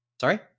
Sorry